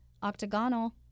octagonal